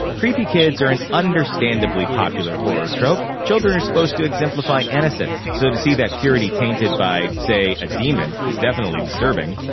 creepy kids are an understandably popular horror trope. children are supposed to exemplify innocence, so to see that purity tainted by, say, a demon is definitely disturbing.